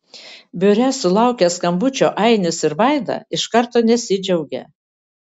biure sulaukę skambučio ainis ir vaida iš karto nesidžiaugia